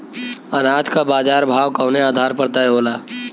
अनाज क बाजार भाव कवने आधार पर तय होला?